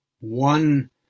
one